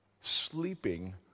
sleeping